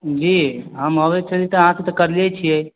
जी हम अबै छलियै तऽ